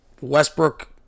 Westbrook